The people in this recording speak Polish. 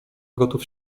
gotów